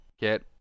get